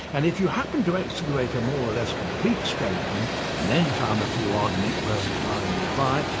and if you happen to excavate a more or less complete skeleton and then found a few odd neck bones lying nearby,